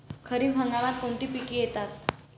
खरीप हंगामात कोणती पिके येतात?